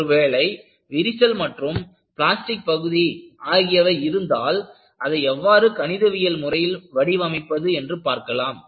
ஒருவேளை விரிசல் மற்றும் பிளாஸ்டிக் பகுதி ஆகியவை இருந்தால் அதை எவ்வாறு கணிதவியல் முறையில் வடிவமைப்பது என்று பார்க்கலாம்